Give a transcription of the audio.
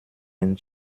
den